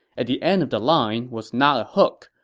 at the end of the line was not a hook,